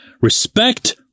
Respect